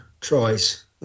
tries